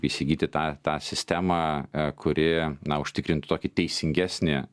įsigyti tą tą sistemą kuri na užtikrintų tokį teisingesnį